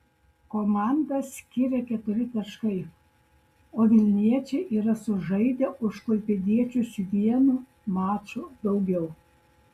komandas skiria keturi taškai o vilniečiai yra sužaidę už klaipėdiečius vienu maču daugiau